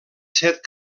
set